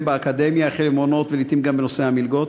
באקדמיה במעונות ולעתים גם בנושא המלגות.